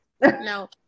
No